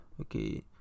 okay